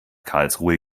karlsruhe